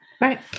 Right